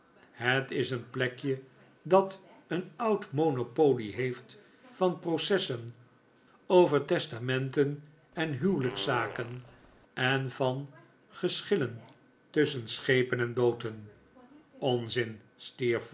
het is een plekje dat een oud monopolie heeft van processen over testamenten en huwelijkszaken en van geschillen tusschen schepen en booten onzin